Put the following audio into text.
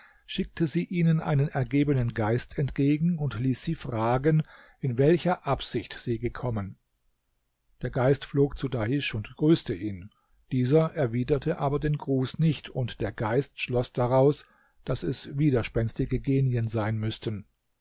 schickte sie ihnen einen ergebenen geist entgegen und ließ sie fragen in welcher absicht sie gekommen der geist flog zu dahisch und grüßte ihn dieser erwiderte aber den gruß nicht und der geist schloß daraus daß es widerspenstige genien sein müßten